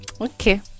Okay